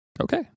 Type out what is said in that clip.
Okay